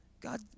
God